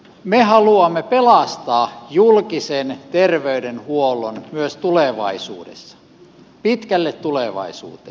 me haluamme pelastaa julkisen terveydenhuollon myös tulevaisuudessa pitkälle tulevaisuuteen